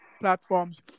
platforms